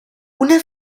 una